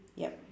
yup